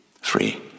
Free